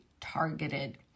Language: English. targeted